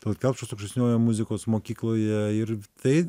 tallat kelpšos aukštesniojoje muzikos mokykloje ir tai